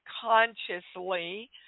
consciously